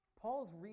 Paul's